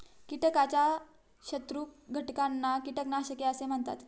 कीटकाच्या शत्रू घटकांना कीटकनाशके असे म्हणतात